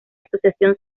asociación